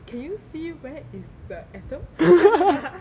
can you see where is the atom